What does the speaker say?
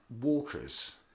walkers